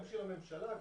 גם בשביל הממשלה אגב,